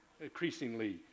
increasingly